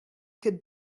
could